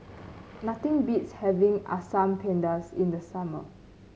nothing beats having Asam Pedas in the summer